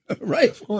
Right